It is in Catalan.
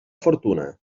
fortuna